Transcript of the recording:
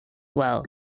well